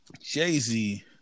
jay-z